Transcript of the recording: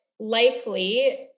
likely